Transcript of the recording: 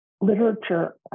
literature